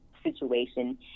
situation